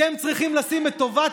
אתם צריכים לשים את טובת